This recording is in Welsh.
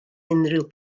unrhyw